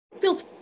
feels